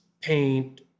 paint